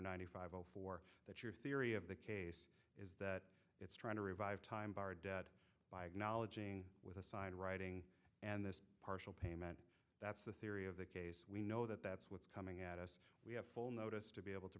ninety five zero four that your theory of the case is that it's trying to revive time barred debt by acknowledging with a signed writing and this partial payment that's the theory of the case we know that that's what's coming at us we have full notice to be able to